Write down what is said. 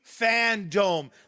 FanDome